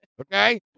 Okay